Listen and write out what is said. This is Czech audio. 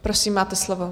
Prosím, máte slovo.